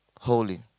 Holy